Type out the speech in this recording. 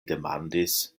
demandis